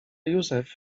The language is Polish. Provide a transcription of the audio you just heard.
jussef